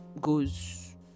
goes